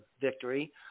victory